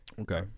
Okay